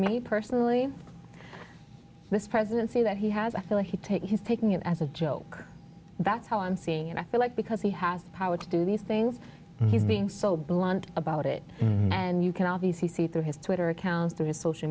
me personally this presidency that he has i feel he take he's taking it as a joke that's how i'm seeing and i feel like because he has the power to do these things he's being so blunt about it and you can obviously see through his twitter accounts through his social